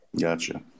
Gotcha